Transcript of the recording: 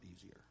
easier